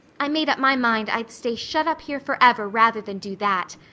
i made up my mind i'd stay shut up here forever rather than do that.